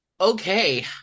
okay